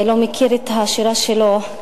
שלא מכיר את השירה שלו: